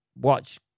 watch